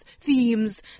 themes